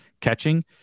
catching